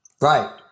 Right